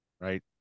right